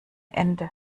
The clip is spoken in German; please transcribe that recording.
ende